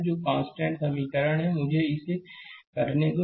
तो जो कांस्टेंट समीकरण है मुझे इसे करने दो